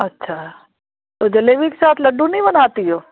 अच्छा तो जलेबी क ले साथ लड्डू नहीं बनाती हों